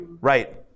right